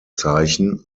zeichen